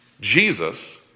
Jesus